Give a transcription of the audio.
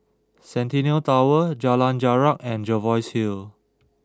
Centennial Tower Jalan Jarak and Jervois Hill